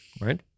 right